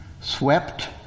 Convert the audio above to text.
swept